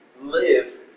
live